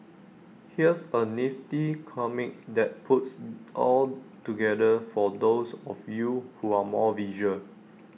here's A nifty comic that puts all together for those of you who are more visual